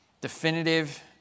definitive